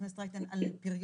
חברת הכנסת רייטן, על פריון.